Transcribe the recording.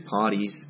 parties